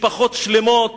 משפחות שלמות